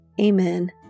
Amen